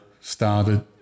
started